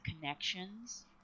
connections